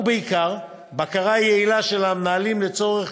ובעיקר בקרה יעילה של המנהלים לצורך